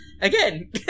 Again